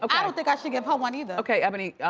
um i don't think i should give her one either. okay, ebony,